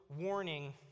warning